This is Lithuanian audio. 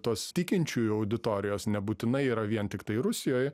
tos tikinčiųjų auditorijos nebūtinai yra vien tiktai rusijoje